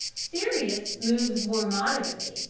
sirius moves more moderately,